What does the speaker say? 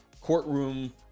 courtroom